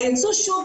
היצוא שוב,